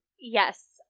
Yes